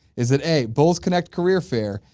is it a, bulls connect career fair,